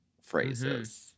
phrases